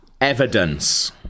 Evidence